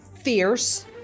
fierce